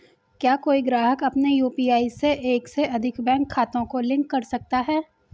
क्या कोई ग्राहक अपने यू.पी.आई में एक से अधिक बैंक खातों को लिंक कर सकता है?